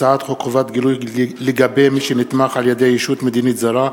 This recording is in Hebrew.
הצעת חוק חובת גילוי לגבי מי שנתמך על-ידי ישות מדינית זרה,